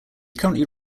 currently